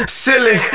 silly